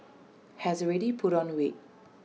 has already put on weight